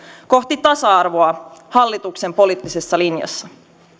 kohti tasa arvoa hallituksen poliittisessa linjassa